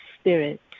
spirit